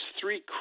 three